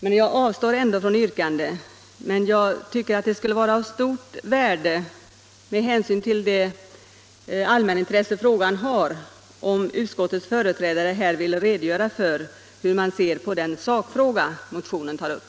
Jag avstår emellertid ändå från yrkande, men jag tycker att det med hänsyn till det allmänintresse som frågan har skulle vara av stort värde, om utskottets företrädare här ville redogöra för hur man ser på den sakfråga som motionen tar upp.